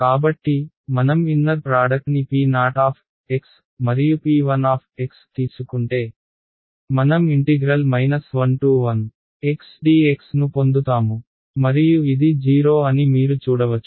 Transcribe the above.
కాబట్టి మనం ఇన్నర్ ప్రాడక్ట్ని po మరియు p1 తీసుకుంటే మనం 11xdx ను పొందుతాము మరియు ఇది 0 అని మీరు చూడవచ్చు